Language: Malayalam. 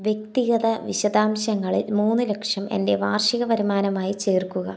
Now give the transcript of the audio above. വ്യക്തിഗത വിശദാംശങ്ങളിൽ മൂന്ന് ലക്ഷം എൻ്റെ വാർഷിക വരുമാനമായി ചേർക്കുക